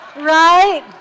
right